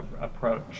approach